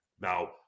Now